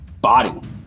Body